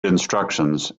instructions